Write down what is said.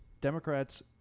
Democrats